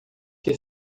que